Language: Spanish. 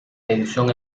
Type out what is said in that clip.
edición